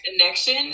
connection